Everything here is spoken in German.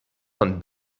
von